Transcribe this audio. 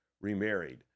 remarried